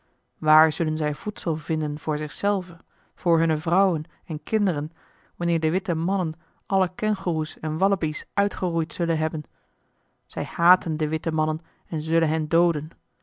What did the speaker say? waar zullen zij voedsel vinden voor zichzelve voor hunne vrouwen en kinderen wanneer de witte mannen alle kengoeroes en wallabies uitgeroeid zullen hebben zij eli heimans willem roda haten de witte mannen en zullen hen dooden